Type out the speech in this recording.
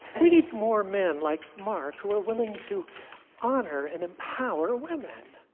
we need more men like mark, who are willing to honor and empower women.